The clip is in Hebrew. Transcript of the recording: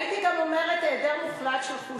הייתי אומרת גם היעדר מוחלט של חוש הומור.